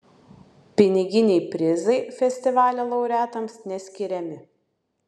piniginiai prizai festivalio laureatams neskiriami